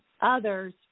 others